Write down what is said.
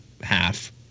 half